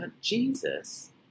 Jesus